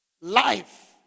Life